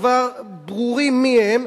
כבר ברור מי הם,